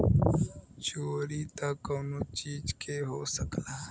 चोरी त कउनो चीज के हो सकला